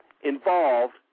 involved